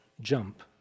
jump